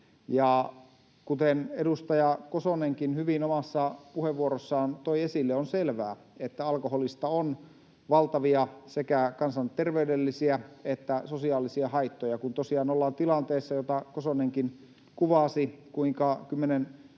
Kuten edustaja Kosonenkin hyvin omassa puheenvuorossaan toi esille, on selvää, että alkoholista on valtavia sekä kansanterveydellisiä että sosiaalisia haittoja. Kun tosiaan ollaan tilanteessa, jota Kosonenkin kuvasi, kuinka 10